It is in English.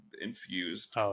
infused